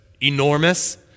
enormous